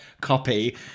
copy